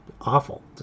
Awful